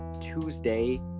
Tuesday